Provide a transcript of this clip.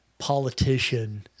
politician